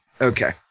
okay